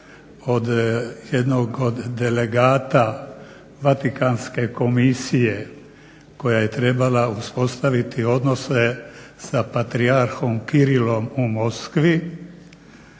od jednog od delegata Vatikanske komisije koja je trebala uspostaviti odnose sa patrijarhom Kirilom u Moskvi,